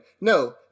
No